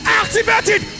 activated